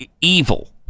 evil